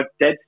dead